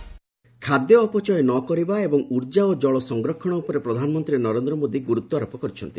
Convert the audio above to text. PM Dussehra ଖାଦ୍ୟ ଅପଚୟ ନ କରିବା ଏବଂ ଉର୍ଜା ଓ ଜଳ ସଂରକ୍ଷଣ ଉପରେ ପ୍ରଧାନମନ୍ତ୍ରୀ ନରେନ୍ଦ୍ର ମୋଦି ଗୁରୁତ୍ୱାରୋପ କରିଛନ୍ତି